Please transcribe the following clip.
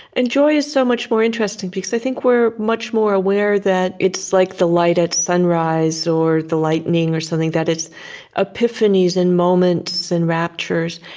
and joy is so much more interesting, because i think we're much more aware that, it's like the light at sunrise or the lightning or something, that it's epiphanies in moments and raptures,